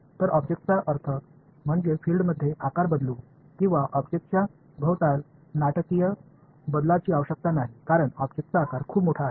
तर ऑब्जेक्टचा अर्थ म्हणजे फील्डमध्ये आकार बदलू किंवा ऑब्जेक्टच्या भोवताल नाटकीय बदलची आवश्यकता नाही कारण ऑब्जेक्टचा आकार खूप मोठा आहे